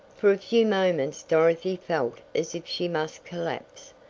for a few moments dorothy felt as if she must collapse.